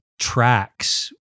tracks